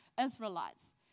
Israelites